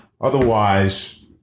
Otherwise